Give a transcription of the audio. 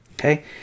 Okay